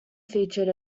featured